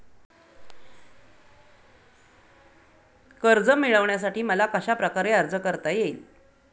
कर्ज मिळविण्यासाठी मला कशाप्रकारे अर्ज करता येईल?